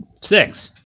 six